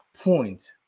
point